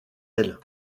ailes